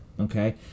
Okay